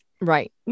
right